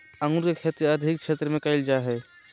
अंगूर के खेती अधिक क्षेत्र में कइल जा हइ